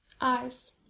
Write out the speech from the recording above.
Eyes